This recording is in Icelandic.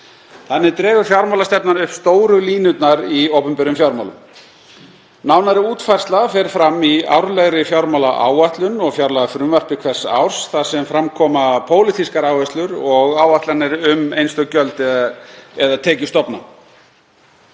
Þannig dregur fjármálastefnan upp stóru línurnar í opinberum fjármálum. Nánari útfærsla fer fram í árlegri fjármálaáætlun og fjárlagafrumvarpi hvers árs þar sem fram koma pólitískar áherslur og áætlanir um einstök útgjöld og tekjustofna.